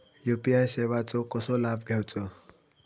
UPI सेवाचो कसो लाभ घेवचो?